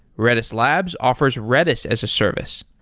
redis labs offers redis as a service.